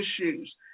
issues